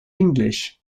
english